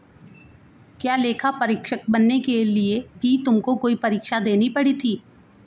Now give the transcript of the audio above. क्या लेखा परीक्षक बनने के लिए भी तुमको कोई परीक्षा देनी पड़ी थी?